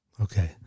Okay